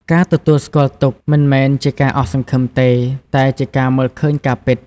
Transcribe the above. ការទទួលស្គាល់ទុក្ខមិនមែនជាការអស់សង្ឃឹមទេ តែជាការមើលឃើញការពិត។